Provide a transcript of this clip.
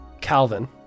Calvin